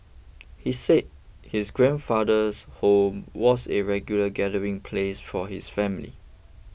he said his grandfather's home was a regular gathering place for his family